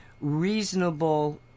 reasonable